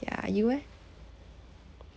ya you eh